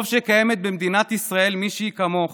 טוב שקיימת במדינת ישראל מישהי כמוך,